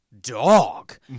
dog